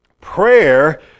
prayer